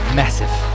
massive